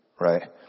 Right